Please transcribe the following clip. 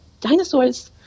Dinosaurs